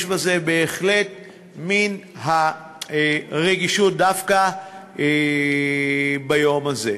יש בזה בהחלט מן הרגישות, דווקא ביום הזה.